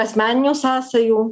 asmeninių sąsajų